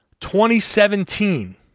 2017